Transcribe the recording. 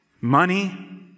money